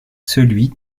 celui